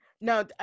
no